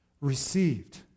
received